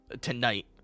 tonight